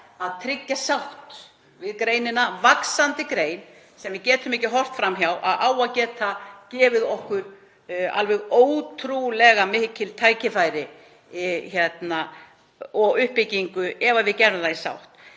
að tryggja sátt við greinina, vaxandi grein sem við getum ekki horft fram hjá að á að geta gefið okkur alveg ótrúlega mikil tækifæri og uppbyggingu ef við gerum þetta í sátt.